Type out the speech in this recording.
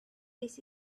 this